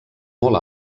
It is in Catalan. molt